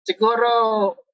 Siguro